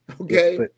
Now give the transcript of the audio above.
Okay